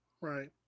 Right